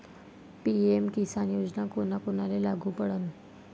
PM Kisan योजना कोना कोनाले लागू पडन?